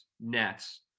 nets